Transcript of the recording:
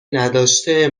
نداشته